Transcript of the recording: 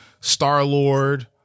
Star-Lord